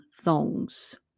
thongs